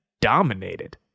dominated